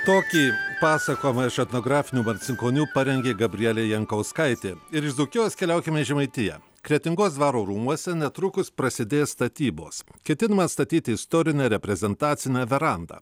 tokį pasakojimą iš etnografinių marcinkonių parengė gabrielė jankauskaitė ir iš dzūkijos keliaukime į žemaitiją kretingos dvaro rūmuose netrukus prasidės statybos ketinama atstatyti istorinę reprezentacinę verandą